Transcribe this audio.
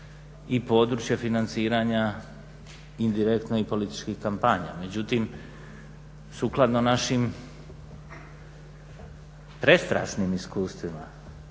i područje financiranja, indirektno i političkih kampanja. Međutim sukladno našim prestrašnim iskustvima